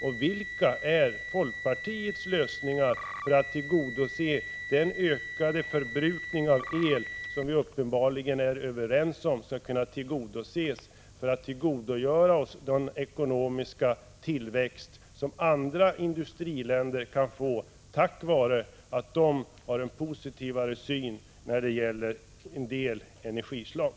Och vilka är folkpartiets lösningar för att tillgodose den ökade förbrukning av el som vi uppenbarligen är överens om måste tillgodoses för att vi skall kunna få samma ekonomiska tillväxt som andra industriländer kan komma att uppnå tack vare att de har en positivare syn på en del energislag?